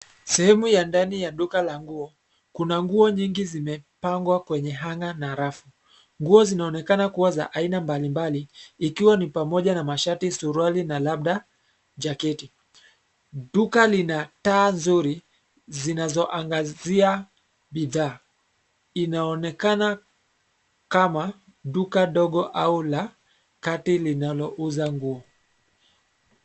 Sehemu ya ndani ya duka la nguo. Kuna nguo nyingi zimepangwa kwenye hanger na rafu. Nguo zinaonekana kuwa za aina mbalimbali ikiwa ni pamoja na mashati, suruali na labda jaketi. Duka lina taa nzuri zinazoangazia bidhaa. Inaonekana kama duka dogo au la kati, linalouza nguo.